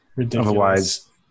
Otherwise